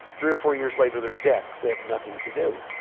three or four years later they're dead because they had nothing to do.